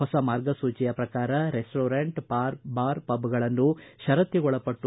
ಹೊಸ ಮಾರ್ಗಸೂಚಿಯ ಪ್ರಕಾರ ರೆಸ್ಟೋರೆಂಟ್ ಬಾರ್ ಪಬ್ ಗಳನ್ನು ಷರತ್ತಿಗೊಳಪಟ್ಟು